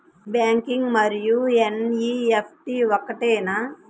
Net banking మరియు NEFT ఒకటేనా?